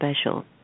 special